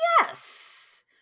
Yes